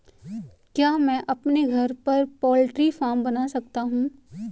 क्या मैं अपने घर पर पोल्ट्री फार्म बना सकता हूँ?